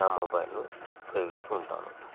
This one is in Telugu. నా మొబైల్లో ఉపయోగిస్తూ ఉంటాను